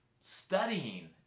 studying